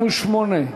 48)